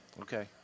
Okay